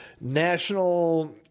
national